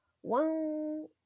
one